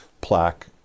plaque